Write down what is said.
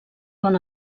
bon